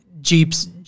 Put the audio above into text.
Jeeps